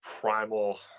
primal